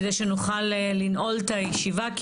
כדי שנוכל לנעול את הישיבה.